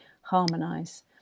harmonize